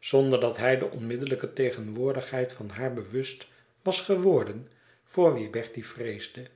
zonder dat hij de onmiddellijke tegenwoordigheid van haar bewust was geworden voor wie bertie vreesde